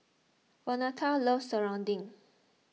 Vonetta loves Serunding